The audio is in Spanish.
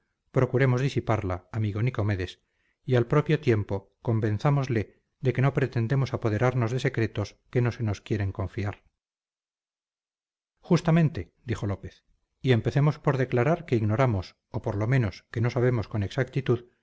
procuremos disiparla amigo nicomedes y al propio tiempo convenzámosle de que no pretendemos apoderamos de secretos que no se nos quieren confiar justamente dijo lópez y empecemos por declarar que ignoramos o por lo menos que no sabemos con exactitud